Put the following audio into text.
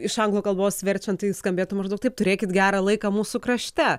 iš anglų kalbos verčiant tai skambėtų maždaug taip turėkit gerą laiką mūsų krašte